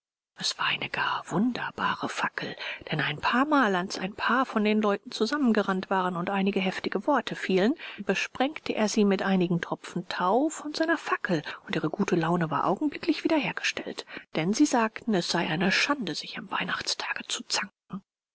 es war eine gar wunderbare fackel denn ein paarmal als ein paar von den leuten zusammengerannt waren und einige heftige worte fielen besprengte er sie mit einigen tropfen thau von seiner fackel und ihre gute laune war augenblicklich wiederhergestellt denn sie sagten es sei eine schande sich am weihnachtstage zu zanken